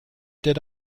did